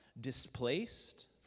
displaced